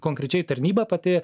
konkrečiai tarnyba pati